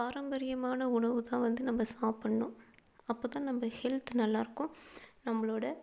பாரம்பரியமான உணவு தான் வந்து நம்ம சாப்பிட்ணும் அப்போது தான் நம்ம ஹெல்த் நல்லாயிருக்கும் நம்மளோட